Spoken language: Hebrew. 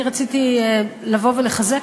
אני רציתי לבוא ולחזק,